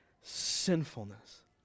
sinfulness